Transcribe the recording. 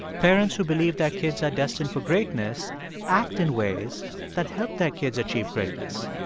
parents who believe their kids are destined for greatness act in ways that help their kids achieve greatness.